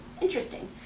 interesting